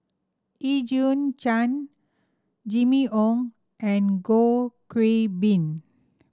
Eugene Chen Jimmy Ong and Goh Kiu Bin